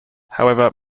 however